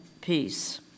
peace